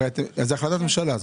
הרי זאת החלטת ממשלה,